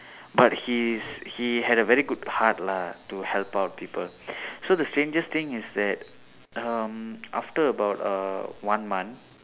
but he is he had a very good heart lah to help out people so the strangest thing is that um after about uh one month